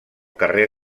carrer